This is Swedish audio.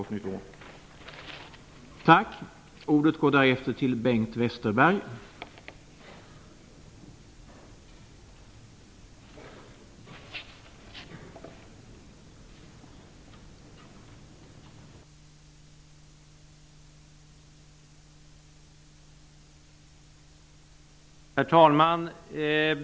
Herr talman!